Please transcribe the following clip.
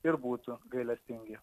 ir būtų gailestingi